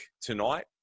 tonight